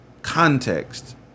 Context